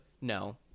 no